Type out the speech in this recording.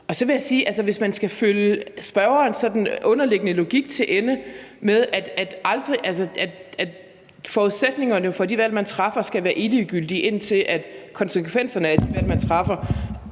Så vil jeg sige: Hvis man skal følge spørgerens sådan underliggende logik til ende om, at forudsætningerne for de valg, man træffer, skal være endegyldige, indtil konsekvenserne af de valg, man træffer,